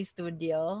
Studio